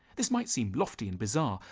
this might seem lofty and bizarre,